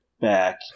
back